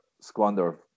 squander